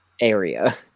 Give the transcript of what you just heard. area